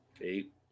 Eight